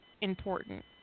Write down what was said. important